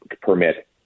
permit